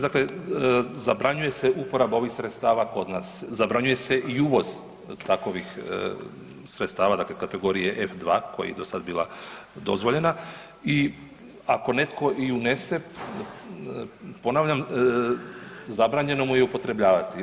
Dakle, zabranjuje se uporaba ovih sredstava kod nas, zabranjuje se i uvoz takovih sredstava, dakle kategorije F2 koji je do sada bila dozvoljena i ako netko i unese, ponavljam, zabranjeno mu je upotrebljavati.